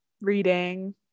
reading